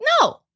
No